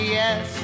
yes